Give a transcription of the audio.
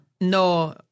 No